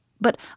But